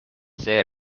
see